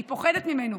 היא פוחדת ממנו.